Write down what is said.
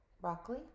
broccoli